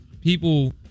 people